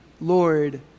Lord